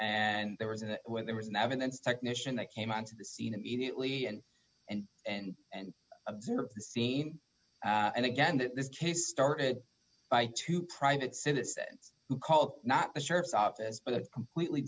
and there was and there was no evidence technician that came onto the scene immediately and and and and observed the scene and again that this chase started by two private citizens who call not the sheriff's office but a completely